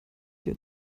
dir